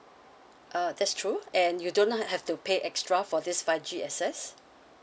uh that's true and you do not have to pay extra for this five G access